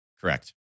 Correct